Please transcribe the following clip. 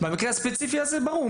במקרה הספציפי הזה ברור,